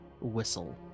whistle